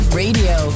radio